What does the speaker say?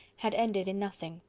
had ended in nothing.